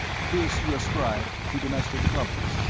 this you ascribed to domestic troubles,